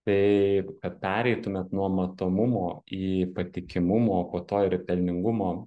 tai kad pereitumėt nuo matomumo į patikimumo po to ir į pelningumo